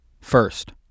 First